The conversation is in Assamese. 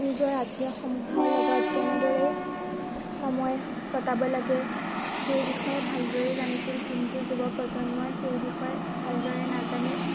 নিজৰ আত্মীয়সমূহৰ লগত কেনেদৰে সময় কটাব লাগে সেই বিষয়ে ভালদৰে জানিছিল কিন্তু যুৱ প্ৰজন্মই সেই বিষয়ে ভালদৰে নাজানে